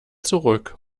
zurück